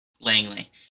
Langley